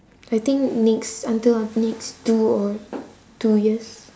I think next until next two or two years